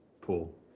pool